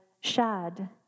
Shad